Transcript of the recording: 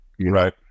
Right